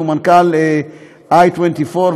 שהוא מנכ"ל i24,